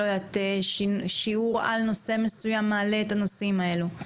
לא יודעת שיעור על נושא מסוים מעלה את הנושאים האלו?